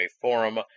forum